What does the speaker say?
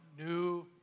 new